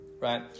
Right